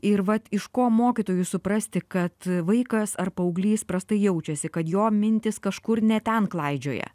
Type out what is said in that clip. ir vat iš ko mokytojui suprasti kad vaikas ar paauglys prastai jaučiasi kad jo mintys kažkur ne ten klaidžioja